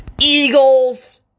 Eagles